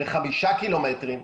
לחמישה קילומטרים,